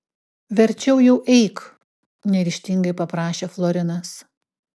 verčiau jau eik neryžtingai paprašė florinas